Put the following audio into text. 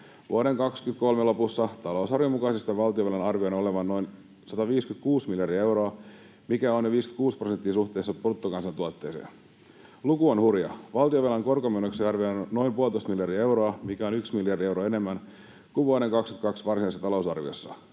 Vuoden 23 lopussa talousarvion mukaisesti valtionvelan arvioidaan olevan noin 156 miljardia euroa, mikä on 56 prosenttia suhteessa bruttokansantuotteeseen. Luku on hurja. Valtionvelan korkomenoiksi arvioidaan noin puolitoista miljardia euroa, mikä on yksi miljardi euroa enemmän kuin vuoden 22 varsinaisessa talousarviossa.